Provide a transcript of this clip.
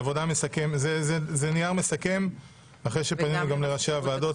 זה נייר מסכם לאחר שפנינו לראשי הוועדות